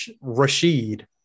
Rashid